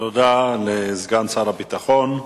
תודה לסגן שר הביטחון.